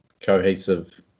cohesive